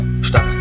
Stadt